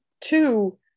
two